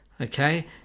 Okay